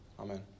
Amen